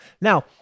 Now